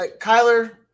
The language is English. Kyler